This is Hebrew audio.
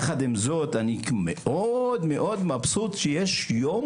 יחד עם זאת אני מאוד מבסוט שיש יום